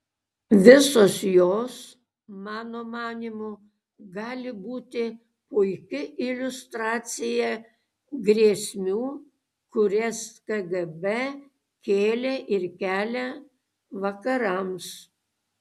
visos jos mano manymu gali būti puiki iliustracija grėsmių kurias kgb kėlė ir kelia vakarams